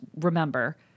remember